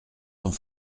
sont